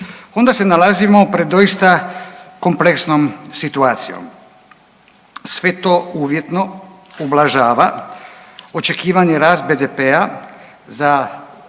onda se nalazimo pred doista kompleksnom situacijom. Sve to uvjetno ublažava očekivani rast BDP-a za '22.g.